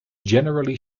generally